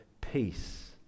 peace